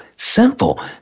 Simple